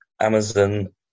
Amazon